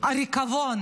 הריקבון